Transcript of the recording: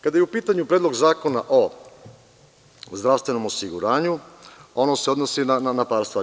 Kada je u pitanju Predlog zakona o zdravstvenom osiguranju, ono se odnosi na par stvari.